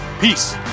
Peace